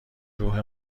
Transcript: روح